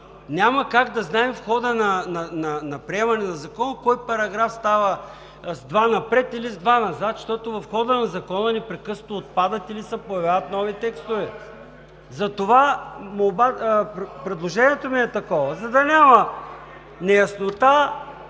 Няма как в хода на приемане на Закона кой параграф става с два напред или с два назад, защото в хода на Закона непрекъснато отпадат или се появяват нови текстове. Предложението ми е такова: за да няма неяснота,